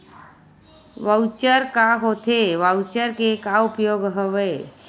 Voucher का होथे voucher के का उपयोग हवय?